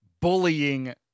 bullying